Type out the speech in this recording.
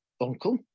uncle